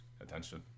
attention